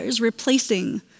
replacing